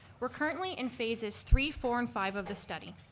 we're currently in phases three, four and five of the study.